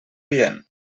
rient